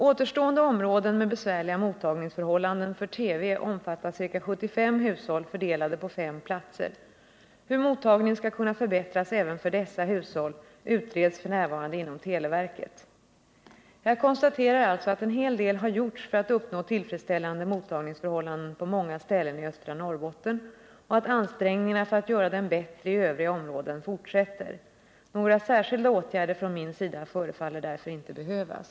Återstående områden med besvärliga mottagningsförhållanden för TV omfattar ca 75 hushåll, fördelade på fem platser. Hur mottagningen skall kunna förbättras även för dessa hushåll utreds f. n. inom televerket. Jag konstaterar alltså att en hel del har gjorts för att uppnå tillfredsställande mottagningsförhållanden på många ställen i östra Norrbotten och att ansträngningarna för att göra dem bättre i övriga områden fortsätter. Några särskilda åtgärder från min sida förefaller därför inte behövas.